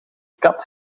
kat